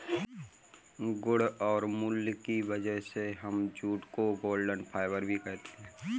गुण और मूल्य की वजह से हम जूट को गोल्डन फाइबर भी कहते है